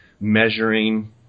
measuring